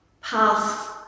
pass